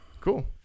Cool